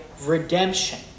redemption